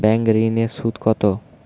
Bank ঋন এর সুদ কত?